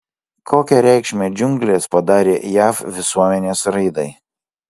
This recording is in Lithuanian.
kokią reikšmę džiunglės padarė jav visuomenės raidai